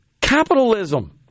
capitalism